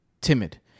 timid